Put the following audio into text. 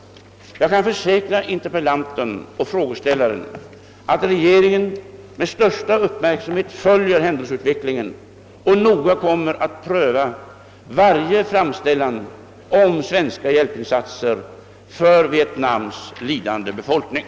Jag kan försäkra interpellanten och frågeställaren, att regeringen med största uppmärksamhet följer händelseutvecklingen och noga kommer att pröva varje framställan om svenska hjälpinsatser för Vietnams lidande befolkning.